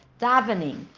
davening